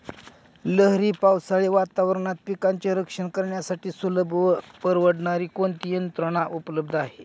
लहरी पावसाळी वातावरणात पिकांचे रक्षण करण्यासाठी सुलभ व परवडणारी कोणती यंत्रणा उपलब्ध आहे?